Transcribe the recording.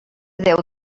déu